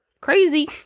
crazy